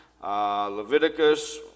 Leviticus